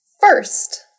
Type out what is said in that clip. First